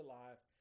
life